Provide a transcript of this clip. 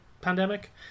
pandemic